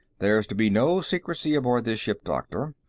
there's to be no secrecy aboard this ship, doctor.